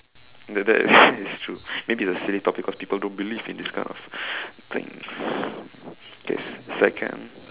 that that is true maybe it's a silly topic people don't believe in this kind of things okay second